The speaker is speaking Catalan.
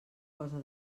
cosa